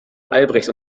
albrecht